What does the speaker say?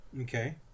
okay